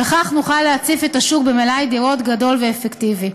וכך נוכל להציף את השוק במלאי דירות גדול ואפקטיבי.